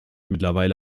mittlerweile